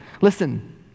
Listen